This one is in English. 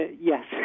Yes